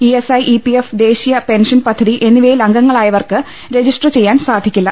ESI EPF ദേശീയ pension പദ്ധതി എന്നിവയിൽ അംഗങ്ങളായവർക്ക് രജിസ്റ്റർ ചെയ്യാൻ സാധിക്കില്ല